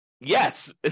yes